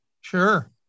Sure